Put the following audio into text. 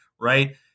right